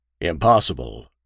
Impossible